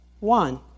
One